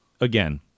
again